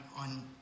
on